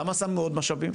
למה שמנו עוד משאבים?